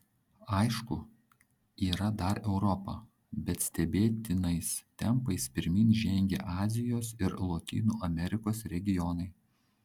aišku yra dar europa bet stebėtinais tempais pirmyn žengia azijos ir lotynų amerikos regionai